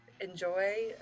enjoy